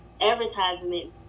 advertisement